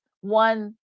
One